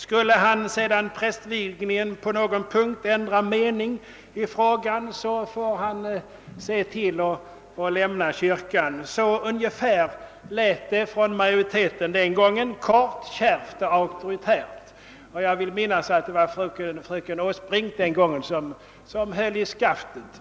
Skulle han efter prästvigningen ändra uppfattning i denna fråga, får han lämna kyrkan. Ungefär så lät det den gången från majoriteten, kort, kärvt och auktoritärt. Jag vill minnas att det var fröken Åsbrink som den gången höll i skaftet.